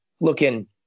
looking